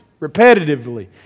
repetitively